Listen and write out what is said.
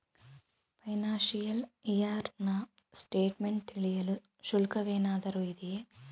Financial year ನ statement ತಿಳಿಯಲು ಶುಲ್ಕವೇನಾದರೂ ಇದೆಯೇ?